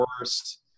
worst